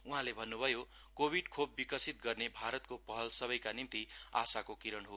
उहाँले भन्नु भयो कोभिड खोप विकसित गर्ने भारतको पहल सबैका निम्ति आशाको किरण हो